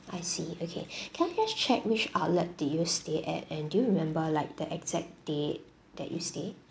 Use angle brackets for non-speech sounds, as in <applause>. I see okay <breath> can I just check which outlet did you stay at and do you remember like the exact date that you stayed